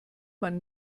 man